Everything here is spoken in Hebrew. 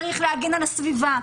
צריך להגן על הסביבה,